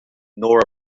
nor